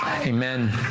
amen